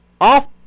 Off